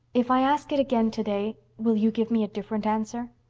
if i ask it again today will you give me a different answer?